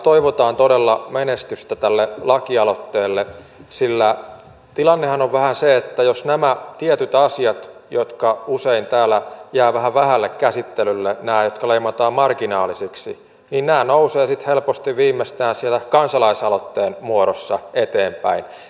toivotaan todella menestystä tälle lakialoitteelle sillä tilannehan on vähän se että nämä tietyt asiat jotka usein täällä jäävät vähän vähälle käsittelylle nämä jotka leimataan marginaalisiksi nousevat helposti viimeistään siellä kansalaisaloitteen muodossa eteenpäin